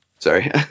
Sorry